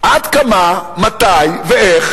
עד כמה, מתי ואיך